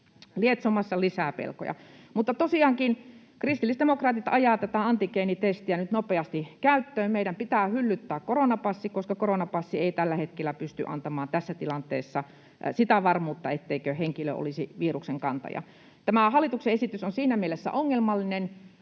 lietsomassa lisää pelkoja. Tosiaankin kristillisdemokraatit ajavat tätä antigeenitestiä nyt nopeasti käyttöön. Meidän pitää hyllyttää koronapassi, koska koronapassi ei tällä hetkellä pysty antamaan tässä tilanteessa sitä varmuutta, etteikö henkilö olisi viruksen kantaja. Tämä hallituksen esitys ja tämä mietintö ovat siinä